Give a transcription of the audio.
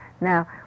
Now